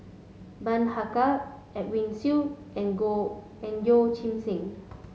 Bani Haykal Edwin Siew and and Yeoh Ghim Seng